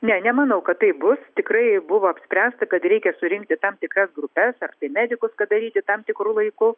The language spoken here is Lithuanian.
ne nemanau kad taip bus tikrai buvo apspręsta kad reikia surinkti tam tikras grupes ar tai medikus kad daryti tam tikru laiku